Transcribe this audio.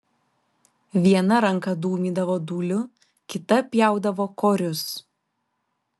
viena ranka dūmydavo dūliu kita pjaudavo korius